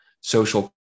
social